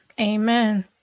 Amen